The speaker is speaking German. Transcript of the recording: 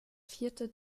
vierte